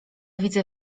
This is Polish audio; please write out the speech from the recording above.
widzę